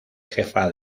jefa